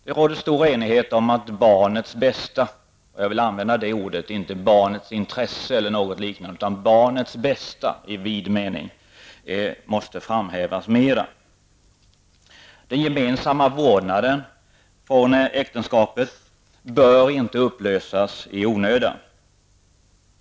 Det råder stor enighet om att barnets bästa -- och jag vill använda det uttrycket och inte barnets intresse eller något liknande, utan barnets bästa i vid mening -- måste framhävas mer. Den gemensamma vårdnaden från äktenskapet bör inte upplösas i onödan.